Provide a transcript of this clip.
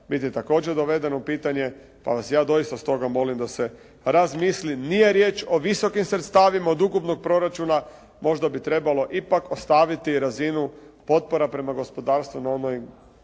biti također dovedeno u pitanje pa vas ja doista stoga molim da se razmisli. Nije riječ o visokim sredstavima od ukupnog proračuna. Možda bi trebalo ipak ostaviti razinu potpora prema gospodarstvu na onoj